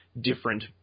different